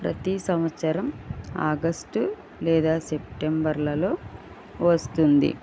ప్రతి సంవత్సరం ఆగస్టు లేదా సెప్టెంబర్లలో వస్తుంది